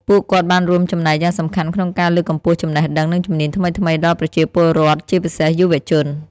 ពួកគាត់បានរួមចំណែកយ៉ាងសំខាន់ក្នុងការលើកកម្ពស់ចំណេះដឹង និងជំនាញថ្មីៗដល់ប្រជាពលរដ្ឋ ជាពិសេសយុវជន។